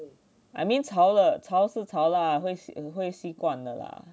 I mean 吵了吵是吵啦会习会习惯的